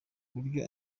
buryo